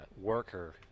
worker